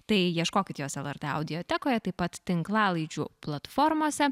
tai ieškokit jos lrt audiotekoje taip pat tinklalaidžių platformose